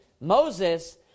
Moses